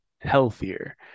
healthier